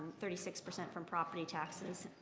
thirty six percent from property taxes,